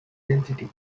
density